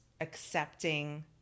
accepting